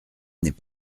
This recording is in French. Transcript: n’est